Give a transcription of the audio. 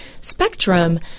spectrum